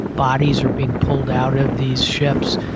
bodies are being pulled out of these ships.